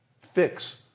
Fix